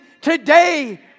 today